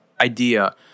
idea